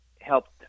helped